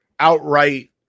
outright